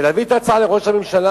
ולהביא את ההצעה לראש הממשלה,